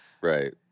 Right